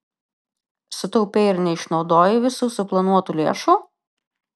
sutaupei ir neišnaudojai visų suplanuotų lėšų